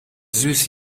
süß